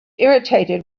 irritated